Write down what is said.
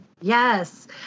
Yes